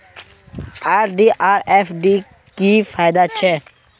RD आर FD की फ़ायदा छे?